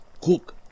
Cook